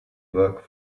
work